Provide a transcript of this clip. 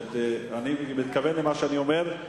אני מתכוון למה שאני אומר,